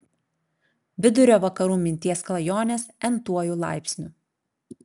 vidurio vakarų minties klajonės n tuoju laipsniu